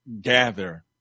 gather